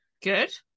good